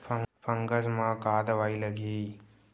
Fungus म का दवाई लगी?